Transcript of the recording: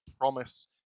promise